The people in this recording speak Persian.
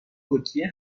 ترکیه